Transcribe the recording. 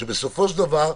שבסופו של דבר,